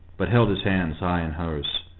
but held his hands high in hers.